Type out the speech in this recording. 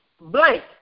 blank